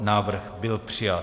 Návrh byl přijat.